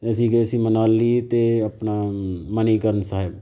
ਅਸੀਂ ਗਏ ਸੀ ਮਨਾਲੀ ਅਤੇ ਆਪਣਾ ਮਨੀਕਰਨ ਸਾਹਿਬ